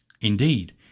Indeed